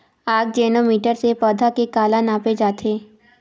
आकजेनो मीटर से पौधा के काला नापे जाथे?